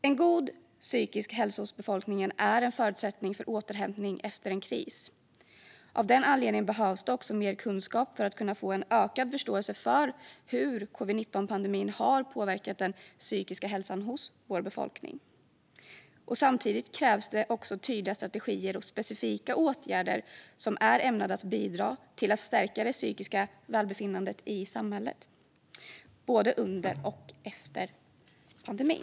En god psykisk hälsa hos befolkningen är en förutsättning för återhämtning efter en kris. Av den anledningen behövs det mer kunskap för att vi ska kunna få en ökad förståelse för hur covid-19-pandemin har påverkat den psykiska hälsan hos vår befolkning. Samtidigt krävs det tydliga strategier och specifika åtgärder som är ämnade att bidra till att stärka det psykiska välbefinnandet i samhället, både under och efter pandemin.